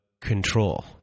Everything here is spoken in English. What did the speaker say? control